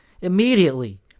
immediately